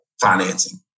Financing